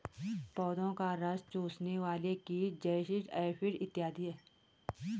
पौधों का रस चूसने वाले कीट जैसिड, एफिड इत्यादि हैं